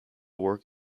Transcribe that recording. work